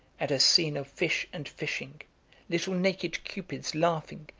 and a scene of fish and fishing little naked cupids laughing,